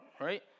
right